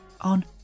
on